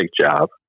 job